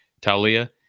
talia